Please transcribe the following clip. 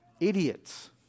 idiots